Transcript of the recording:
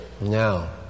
Now